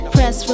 Press